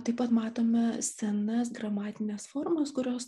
taip pat matome senas gramatines formas kurios